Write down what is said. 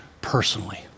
personally